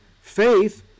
Faith